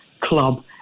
club